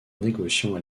négociant